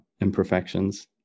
imperfections